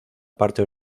parte